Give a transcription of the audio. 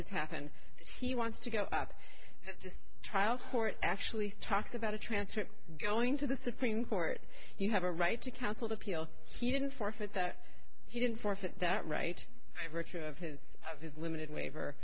has happened he wants to go up to trial court actually talks about a transcript going to the supreme court you have a right to counsel appeal he didn't forfeit that he didn't forfeit that right virtue of his of his limited waiver